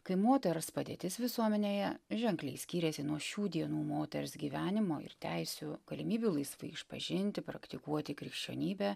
kai moters padėtis visuomenėje ženkliai skyrėsi nuo šių dienų moters gyvenimo ir teisių galimybių laisvai išpažinti praktikuoti krikščionybę